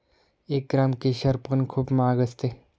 एक ग्राम केशर पण खूप महाग असते